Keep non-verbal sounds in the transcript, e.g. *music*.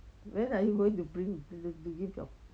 when are you going to bring *noise*